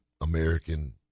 American